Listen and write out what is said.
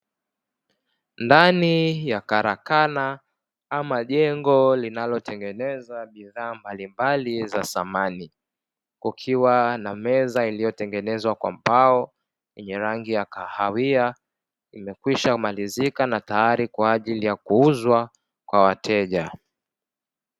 Ndani yaa karakana ama jengo linalotengeneza bidhaa mbalimbali za samani, kukiwa na meza iliyotengenezwa kwa mbao yemye rangi ya kahawia, imekwisha malizika na tayari kwa ajili ya kuuzwa kwa wateja.